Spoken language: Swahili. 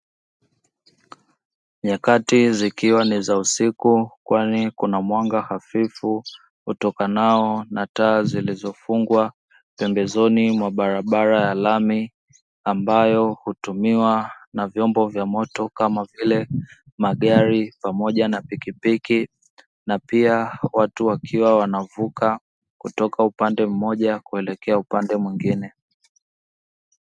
Nyakati zikiwa ni za usiku kwani kuna mwanga hafifu utokanao na taa zilizofungwa, pembezoni mwa barabara ya lami, ambayo hutumiwa na vyombo vya moto kama vile; magari pamoja na pikipiki na pia watu wakiwa wanavuka kutoka upande mmoja kuelekea upande mwingine.